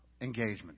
engagement